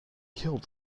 killed